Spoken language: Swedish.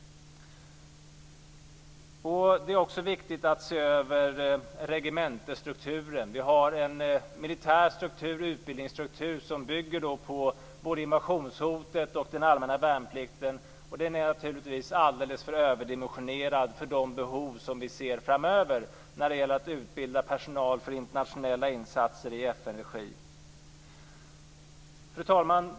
Det är också viktigt att se över regementesstrukturen. Vi har en militär utbildningsstruktur som bygger på både invasionshotet och den allmänna värnplikten, och den är naturligtvis alldeles för överdimensionerad för de behov som vi ser framöver när det gäller att utbilda personal för internationella insatser i FN-regi. Fru talman!